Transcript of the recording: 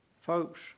Folks